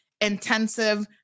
intensive